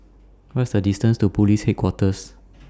What IS The distance to Police Headquarters